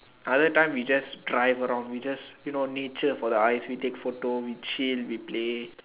other time we just drive around you just you know nature the eyes we just take photo we chill we play